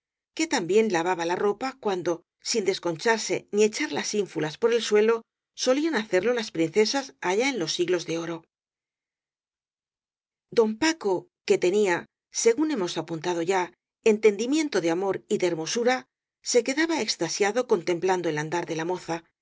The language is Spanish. que también lavaba la ropa cuando sin desconcharse ni echar las ínfulas por el suelo so lían hacerlo las princesas allá en los siglos de o don paco que tenía según hemos apuntado ya entendimiento de amor y de hermosura se queda ba extasiado contemplando el andar de la moza